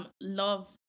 Love